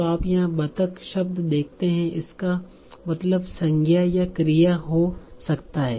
तो आप यहाँ बतख शब्द देखते हैं इसका मतलब संज्ञा या क्रिया हो सकता है